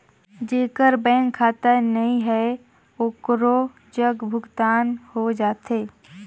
जेकर बैंक खाता नहीं है ओकरो जग भुगतान हो जाथे?